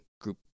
group